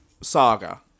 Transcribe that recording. saga